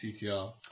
CTR